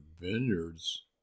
vineyards